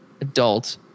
adult